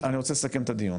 אני רוצה לסכם את הדיון.